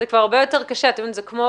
זה כבר